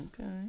Okay